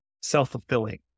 self-fulfilling